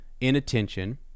inattention